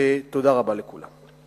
תודה רבה לכולם.